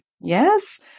Yes